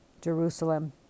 Jerusalem